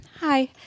Hi